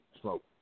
smoke